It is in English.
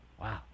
Wow